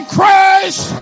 Christ